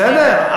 בסדר,